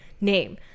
name